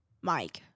Mike